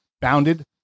bounded